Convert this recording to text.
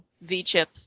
V-chip